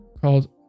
called